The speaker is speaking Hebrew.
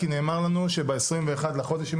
כי נאמר לנו שב-21 לחודש שעבר,